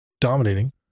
dominating